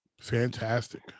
fantastic